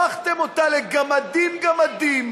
הפכתם אותה לגמדים גמדים